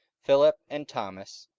philip, and thomas,